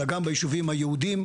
אלא גם ביישובים היהודיים,